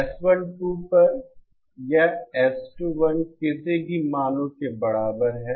S12 पर यह S21 किसी भी मानो के बराबर है